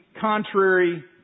contrary